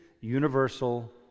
universal